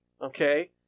okay